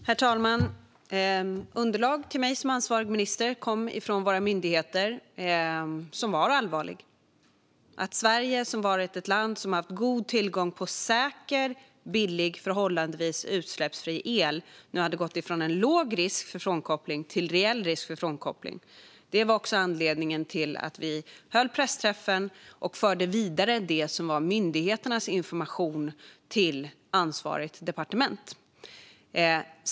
Herr talman! Det underlag som kom från våra myndigheter till mig som ansvarig minister innehöll allvarlig information. Det var att Sverige, som har varit ett land med god tillgång till säker, billig och förhållandevis utsläppsfri el, nu hade gått från en låg risk för frånkoppling till reell risk för frånkoppling. Det var också anledningen till att vi höll pressträffen och förde vidare det som var myndigheternas information till ansvarigt departement.